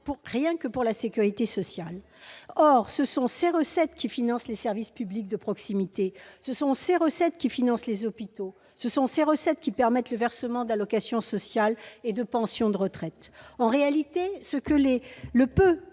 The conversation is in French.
rien que pour la sécurité sociale. Or ce sont ces recettes qui financent les services publics de proximité ; ce sont ces recettes qui financent les hôpitaux ; ce sont ces recettes qui permettent le versement d'allocations sociales et de pensions de retraite. En réalité, le peu